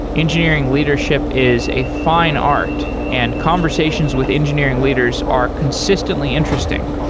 engineering leadership is a fine art and conversations with engineering leaders are consistently interesting.